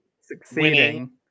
succeeding